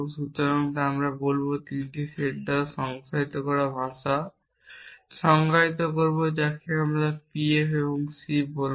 সুতরাং আমরা 3 সেট দ্বারা সংজ্ঞায়িত করা ভাষা l সংজ্ঞায়িত করব যাকে আমরা PF এবং C বলব